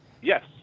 yes